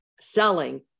selling